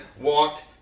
walked